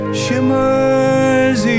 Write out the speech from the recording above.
shimmers